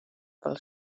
pel